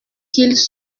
qu’ils